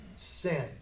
sin